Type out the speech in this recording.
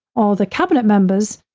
or the cabinet members,